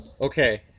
Okay